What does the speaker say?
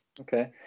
okay